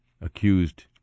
accused